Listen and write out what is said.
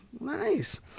Nice